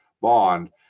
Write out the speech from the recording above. bond